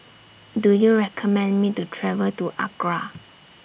Do YOU recommend Me to travel to Accra